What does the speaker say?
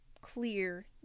clear